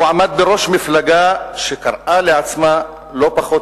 הוא עמד בראש מפלגה שקראה לעצמה לא פחות